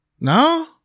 No